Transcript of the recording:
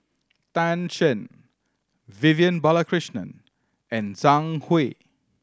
Tan Shen Vivian Balakrishnan and Zhang Hui